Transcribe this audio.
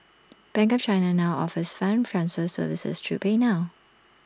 bank of China now offers funds transfer services through PayNow